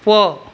போ